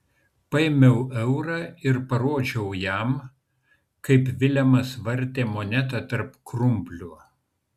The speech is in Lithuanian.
paėmiau eurą ir parodžiau jam kaip vilemas vartė monetą tarp krumplių